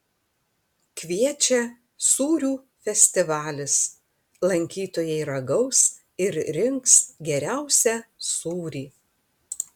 kviečia sūrių festivalis lankytojai ragaus ir rinks geriausią sūrį